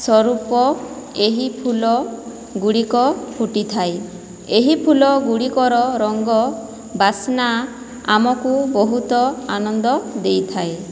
ସ୍ଵରୂପ ଏହି ଫୁଲଗୁଡ଼ିକ ଫୁଟିଥାଏ ଏହି ଫୁଲଗୁଡ଼ିକର ରଙ୍ଗ ବାସ୍ନା ଆମକୁ ବହୁତ ଆନନ୍ଦ ଦେଇଥାଏ